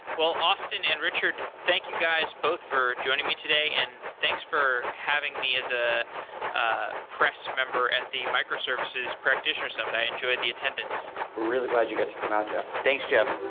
austin and richard, thank you guys both for joining me today, and thanks for having me as a ah press member at the microservices practitioner summit. i enjoyed the attendance. we're really glad you get to come out, jeff. thanks, jeff